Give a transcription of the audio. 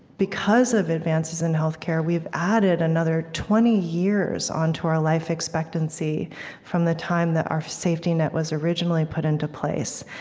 because of advances in healthcare, we've added another twenty years onto our life expectancy from the time that our safety net was originally put into place.